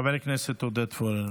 חבר הכנסת עודד פורר,